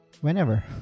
whenever